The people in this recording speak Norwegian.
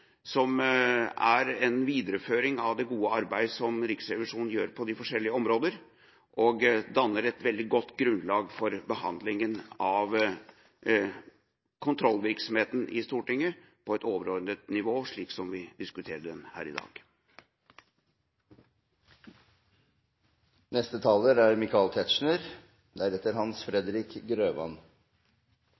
videreføring av det gode arbeidet som Riksrevisjonen gjør på de forskjellige områder, og det danner et veldig godt grunnlag for behandlinga av kontrollvirksomheten i Stortinget på et overordnet nivå, slik vi diskuterer den her i dag. Jeg kan begynne med å spinne litt videre på den berettigede ros som er